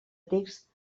text